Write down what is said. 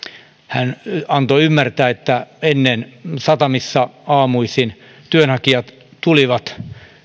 hän antoi ymmärtää että ennen satamissa aamuisin työnhakijat tulivat